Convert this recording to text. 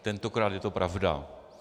Tentokrát je to pravda.